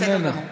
איננה.